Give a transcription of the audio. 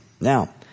Now